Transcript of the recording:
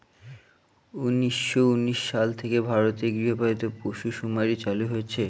উনিশশো উনিশ সাল থেকে ভারতে গৃহপালিত পশুসুমারী চালু হয়েছে